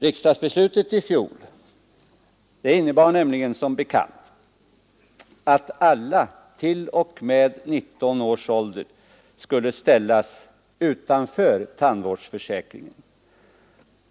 Riksdagsbeslutet i fjol innebar nämligen, som bekant, att alla t.o.m. 19 års ålder skulle ställas utanför tandvårdsförsäkringen.